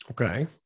Okay